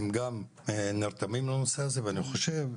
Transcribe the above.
הם גם נרתמים לנושא הזה ואני חושב,